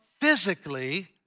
physically